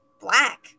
black